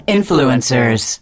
Influencers